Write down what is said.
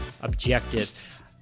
objectives